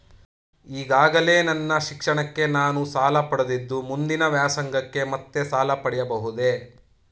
ಈಗಾಗಲೇ ನನ್ನ ಶಿಕ್ಷಣಕ್ಕೆ ನಾನು ಸಾಲ ಪಡೆದಿದ್ದು ಮುಂದಿನ ವ್ಯಾಸಂಗಕ್ಕೆ ಮತ್ತೆ ಸಾಲ ಪಡೆಯಬಹುದೇ?